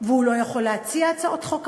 הוא לא יכול להציע הצעות חוק,